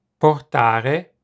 portare